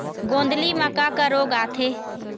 गोंदली म का का रोग आथे?